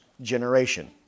generation